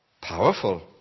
powerful